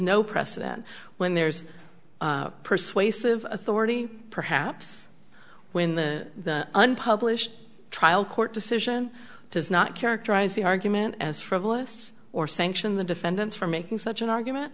no precedent when there's persuasive authority perhaps when the unpublished trial court decision does not characterize the argument as frivolous or sanction the defendants for making such an argument